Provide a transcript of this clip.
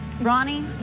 Ronnie